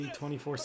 24